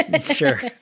Sure